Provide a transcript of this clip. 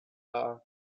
are